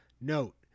Note